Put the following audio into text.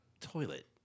toilet